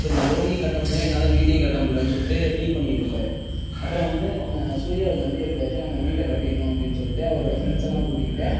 இப்போ இந்த லோனையும் கட்டமுடில என்னால் வீட்டையும் கட்ட முடிலன்னு சொல்லிட்டு ஃபீல் பண்ணிகிட்டு இருப்பார் அப்புறம் வந்து நம்ம சூரியாவுக்கு வந்து எப்படியாச்சும் நம்ம வீட்டை கட்டிடணும் அப்படின்னு சொல்லிட்டு அவர் ஃபிரெண்ட்ஸ்லாம் கூட்டிகிட்டு